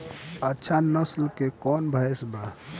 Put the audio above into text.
अच्छा नस्ल के कौन भैंस बा?